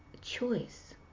choice